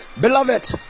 beloved